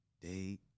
day